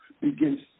begins